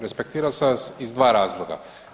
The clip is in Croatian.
Respektirao sam vas iz 2 razloga.